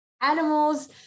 animals